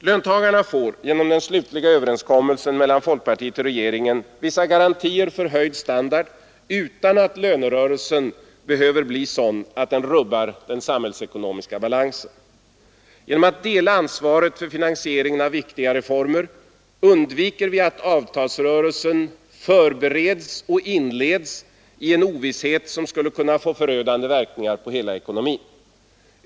Löntagarna får genom den slutliga överenskommelsen mellan folkpartiet och regeringen vissa garantier för höjd standard utan att lönerörelsen behöver bli sådan att den rubbar den samhällsekonomiska balansen. Genom att dela ansvaret för finansieringen av viktiga reformer undviker vi att avtalsrörelsen förbereds och inleds i en ovisshet som skulle kunna få förödande verkningar på hela ekonomin.